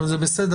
אבל זה בסדר,